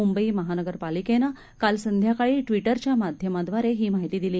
मुंबईमहानगरपालिकेनंकालसंध्याकाळीट्वीटरच्यामाध्यमाद्वारेहीमाहितीदिली